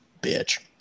bitch